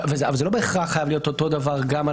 אבל זה לא בהכרח חייב להיות אותו דבר גם על